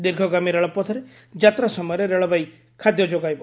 ଦୀର୍ଘଗାମୀ ରେଳପଥରେ ଯାତ୍ରା ସମୟରେ ରେଳବାଇ ଖାଦ୍ୟ ଯୋଗାଇବ